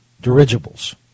dirigibles